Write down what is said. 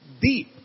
deep